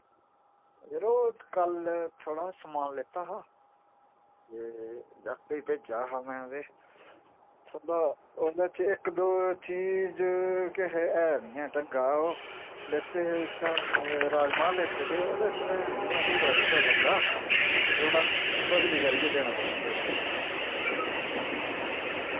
यरो कल थोआड़े हा समान लैता हा ए जाकते भेजेआ हा मैं ते सौदा ओह्दे च इक दो चीज केह् आखदे है नी ऐ ते लेते हे उत्थैं राजमा लेते दे ओह्दे च भें इ'य्यां भूरा शूरा लग्गा ते ओह् ना बदली करियै देने पौने न तुसैं